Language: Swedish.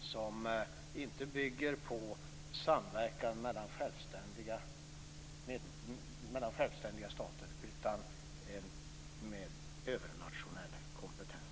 som inte bygger på samverkan mellan självständiga stater utan på en mer övernationell kompetens.